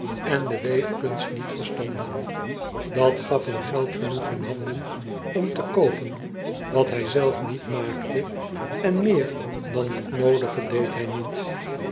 en de weefkunst niet verstonden at gaf hem geld genoeg in handen om te koopen wat hij zelf niet maakte en meer dan het noodige deed hij niet